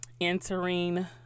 entering